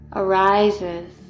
arises